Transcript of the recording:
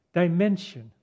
dimension